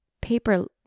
paper